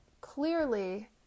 clearly